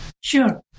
Sure